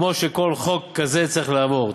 כמו שכל חוק כזה צריך לעבור.